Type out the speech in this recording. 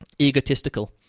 egotistical